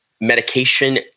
medication